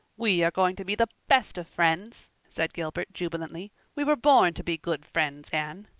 we are going to be the best of friends, said gilbert, jubilantly. we were born to be good friends, anne.